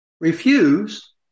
refuse